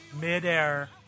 midair